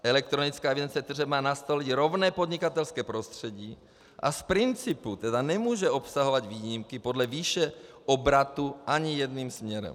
Elektronická evidence tržeb má nastolit rovné podnikatelské prostředí, a z principu tedy nemůže obsahovat výjimky podle výše obratu ani jedním směrem.